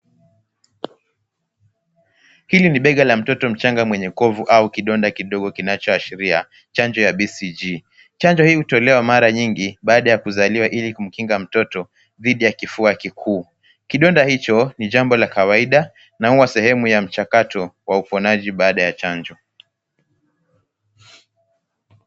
Hili ni bega la mtoto mchanga mwenye kovu au kidonda kidogo kinachoashiria chanjo ya BCG. Chanjo hii hutolewa mara nyingi baada ya kuzaliwa ili kumkinga mtoto dhidi ya kifua kikuu. Kidonda hicho ni jambo la kawaida na huwa sehemu ya mchakato wa uponaji baada ya chanjo.